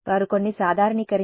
వారు కొన్ని సాధారణీకరించిన 0